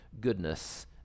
goodness